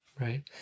right